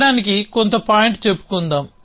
తీయటానికి కొంత పాయింట్ చెప్పుకుందాం